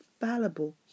fallible